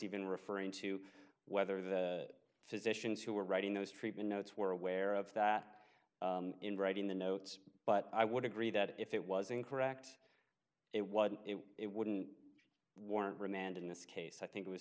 even referring to whether the physicians who were writing those treatment notes were aware of that in writing the notes but i would agree that if it was incorrect it wasn't it wouldn't warrant remand in this case i think it was